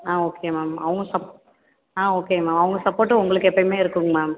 ஆ okay ma'am அவுங்க ஆ okay ma'am அவங்க சப்போர்ட்டு உங்களுக்கு எப்பயுமே இருக்கும்ங்க மேம்